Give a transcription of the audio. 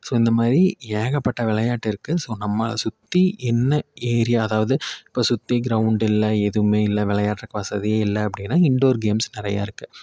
so இந்தமாதிரி ஏகப்பட்ட விளையாட்டு இருக்கு ஸோ நம்மளை சுற்றி என்ன ஏரியா அதாவது இப்போ சுற்றி க்ரௌண்ட் இல்லை எதுவுமே இல்லை விளையாடுறக்கு வசதியே இல்லை அப்படினா இன்டோர் கேம்ஸ் நிறைய இருக்கு